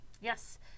Yes